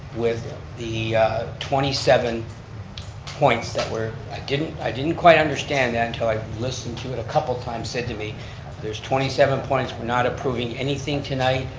with the twenty seven points that were, i didn't i didn't quite understand that until i listened to it a couple of times and said to me there's twenty seven points, we're not approving anything tonight,